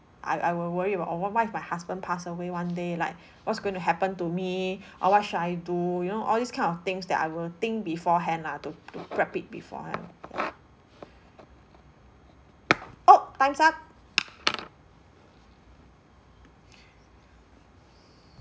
I I will worry about oh what what if my husband pass away one day like what's going to happen to me or what should I do you know all these kind of things that I will think beforehand lah to to prep it beforehand oh time's up